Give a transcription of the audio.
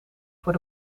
voor